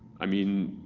i mean,